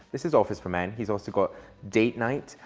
this is office for men. he's also got date night.